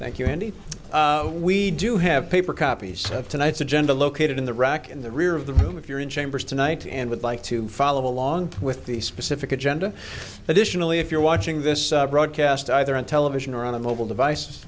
thank you indeed we do have paper copies of tonight's agenda located in the rack in the rear of the room if you're in chambers tonight and would like to follow along with the specific agenda additionally if you're watching this broadcast either on television or on a mobile device